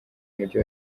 mujyi